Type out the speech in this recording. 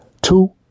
Two